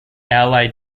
allied